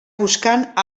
buscant